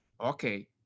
okay